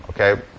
Okay